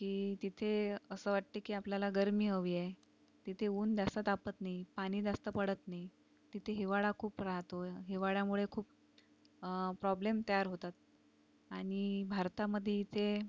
की तिथे असं वाटते की आपल्याला गर्मी हवी आहे तिथे ऊन जास्त तापत नाही पाणी जास्त पडत नाही तिथे हिवाळा खूप राहतो हिवाळ्यामुळे खूप प्रॉब्लेम तयार होतात आणि भारतामध्ये इथे